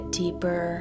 deeper